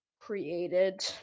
...created